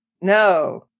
No